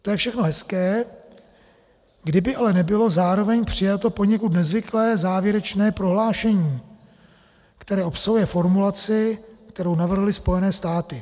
To je všechno hezké, kdyby ale nebylo zároveň přijato poněkud nezvyklé závěrečné prohlášení, které obsahuje formulaci, kterou navrhly Spojené státy.